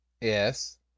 Yes